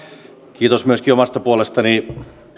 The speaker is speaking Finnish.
kiitos myöskin omasta puolestani